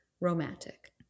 romantic